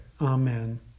Amen